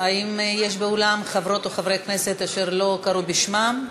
האם יש באולם חברות או חברי כנסת אשר לא קראו בשמם?